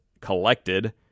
collected